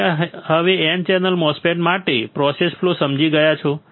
તમે હવે N channel MOSFET માટે પ્રોસેસ ફ્લો સમજી ગયા છો